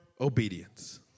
obedience